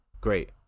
Great